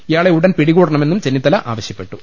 ഇയാളെ ഉടൻ പിടികൂടണ മെന്നും ചെന്നിത്തല ആവശ്യപ്പെട്ടു